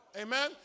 Amen